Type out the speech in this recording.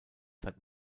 seit